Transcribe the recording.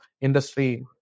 industry